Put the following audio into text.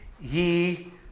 ye